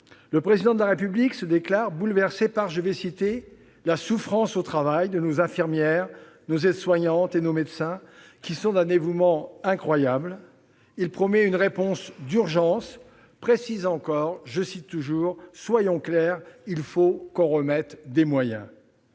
le Président de la République se déclare bouleversé par la « souffrance au travail » de « nos infirmières, nos aides-soignantes et nos médecins, qui sont d'un dévouement incroyable ». Il promet une « réponse d'urgence » et précise :« Soyons clairs, il faut qu'on remette des moyens !